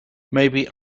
maybe